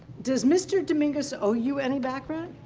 does mr. dominguez owe you any back rent?